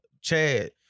Chad